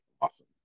awesome